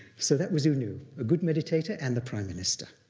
so that was u nu, a good meditator and the prime minister.